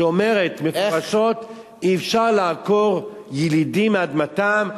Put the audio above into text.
שאומרת מפורשות שאי-אפשר לעקור ילידים מאדמתם,